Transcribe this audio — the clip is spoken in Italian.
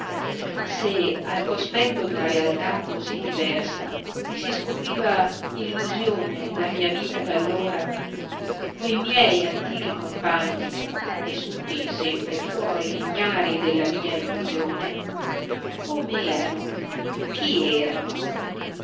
se al cospetto d'una realtà così diversa mi si scopriva illusione la mia vita d'allora que miei antichi compagni vissuti sempre fuori e ignari della mia illusione com'erano chi erano